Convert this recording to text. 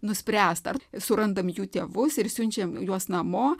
nuspręst ar surandam jų tėvus ir siunčiam juos namo